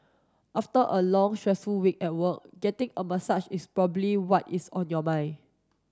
after a long stressful week at work getting a massage is probably what is on your mind